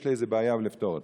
יש לי בעיה, ולפתור אותה.